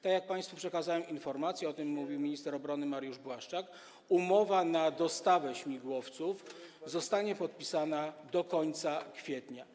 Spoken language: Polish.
Tak jak państwu przekazałem informację, mówił o tym minister obrony Mariusz Błaszczak, umowa na dostawę śmigłowców zostanie podpisana do końca kwietnia.